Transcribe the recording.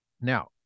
Now